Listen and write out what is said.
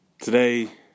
today